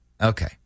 Okay